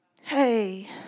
hey